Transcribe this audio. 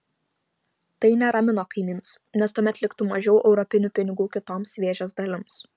tai neramino kaimynus nes tuomet liktų mažiau europinių pinigų kitoms vėžės dalims